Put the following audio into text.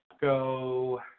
go